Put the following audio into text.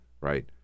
right